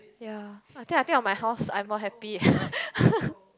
ya I think I think of my house I more happy